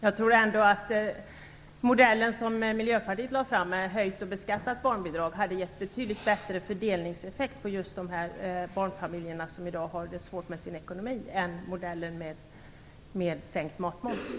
Jag tror ändå att den modell som Miljöpartiet lade fram - ett höjt och beskattat barnbidrag - hade givit betydligt bättre fördelningseffekt och större effekt för just de barnfamiljer som i dag har det svårt med sin ekonomi än modellen med sänkt matmoms.